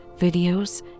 videos